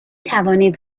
توانید